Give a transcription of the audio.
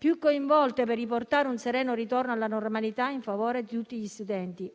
più coinvolte per un sereno ritorno alla normalità in favore di tutti gli studenti.